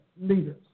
leaders